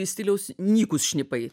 stiliaus nykūs šnipai